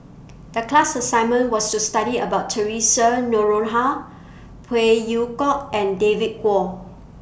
The class assignment was to study about Theresa Noronha Phey Yew Kok and David Kwo